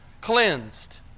cleansed